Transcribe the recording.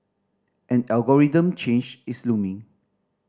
an algorithm change is looming